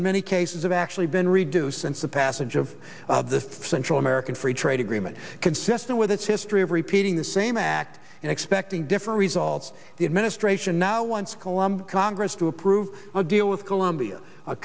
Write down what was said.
in many cases of actually been reduced since the passage of the central american free trade agreement consistent with its history of repeating the same act and expecting different results the administration now wants columb congress to approve a deal with colombia a